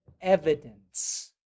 evidence